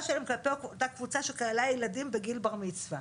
שלהם כלפי אותה קבוצה שכללה ילדים בגיל בר מצווה.